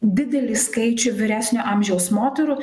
didelį skaičių vyresnio amžiaus moterų